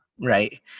Right